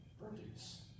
produce